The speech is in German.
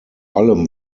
allem